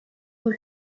who